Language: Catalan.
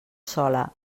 sola